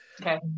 Okay